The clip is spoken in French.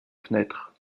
fenêtre